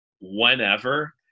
whenever